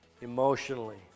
emotionally